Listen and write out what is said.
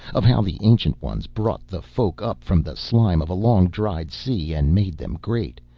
of how the ancient ones brought the folk up from the slime of a long dried sea and made them great,